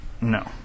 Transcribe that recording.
No